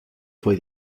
fue